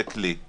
זה כלי,